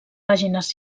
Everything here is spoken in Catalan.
pàgines